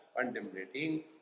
contemplating